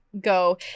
go